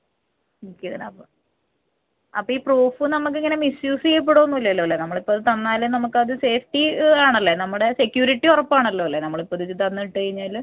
book ചെയ്തിടാപ്പോൾ അപ്പയി ഈ പ്രൂഫ് നമുക്കിങ്ങനെ മിസ്യൂസ്സ് ചെയ്യപ്പെടുവൊന്നുവില്ലല്ലോ നമ്മളിപ്പത് തന്നാൽ നമുക്കത് സേഫ്റ്റി ആണല്ലെ നമ്മുടെ സെക്ക്യൂരിറ്റി ഉറപ്പാണല്ലോ അല്ലെ നമ്മളിപ്പയിത് തന്നിട്ട് കഴിഞ്ഞാൽ